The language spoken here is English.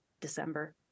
December